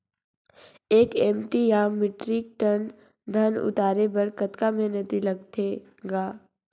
एक एम.टी या metric ton धन उतारे बर कतका मेहनती लगथे ग?